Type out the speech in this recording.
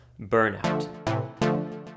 burnout